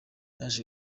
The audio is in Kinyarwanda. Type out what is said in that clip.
yaje